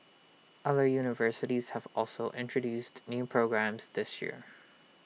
other universities have also introduced new programmes this year